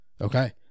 Okay